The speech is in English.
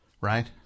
Right